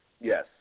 Yes